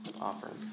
Offering